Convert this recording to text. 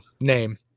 name